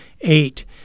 eight